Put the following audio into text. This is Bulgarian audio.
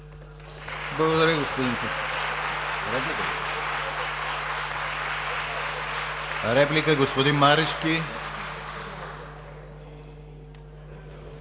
Благодаря, господин Кутев. Реплика – господин Марешки.